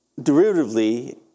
derivatively